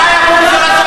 מה היה פה בשנה שעברה?